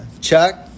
Chuck